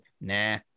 nah